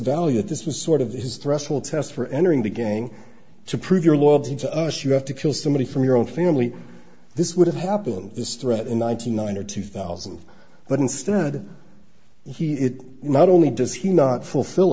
value that this was sort of his threshold test for entering the game to prove your loyalty to us you have to kill somebody from your own family this would have happened this threat in one thousand nine hundred two thousand but instead he it not only does he not fulfill